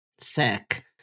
Sick